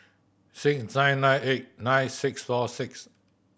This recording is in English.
six nine nine eight nine six four six